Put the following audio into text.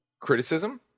criticism